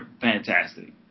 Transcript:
fantastic